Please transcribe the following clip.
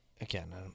again